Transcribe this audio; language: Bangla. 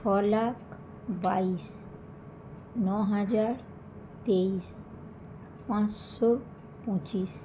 ছ লাখ বাইশ ন হাজার তেইশ পাঁচশো পঁচিশ